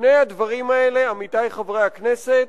שני הדברים האלה, עמיתי חברי הכנסת,